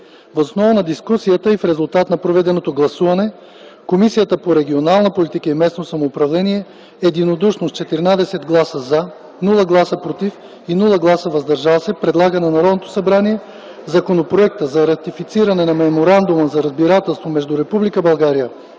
Въз основа на дискусията и в резултат на проведеното гласуване, Комисията по регионална политика и местно самоуправление единодушно с 14 гласа – „за”, 0 гласа – „против” и 0 гласа – „въздържал се”, предлага на Народното събрание Законопроект за ратифициране на Меморандума за разбирателство между